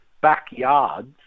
backyards